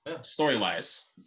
story-wise